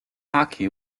hockey